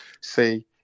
say